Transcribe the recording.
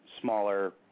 smaller